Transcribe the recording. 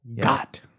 Got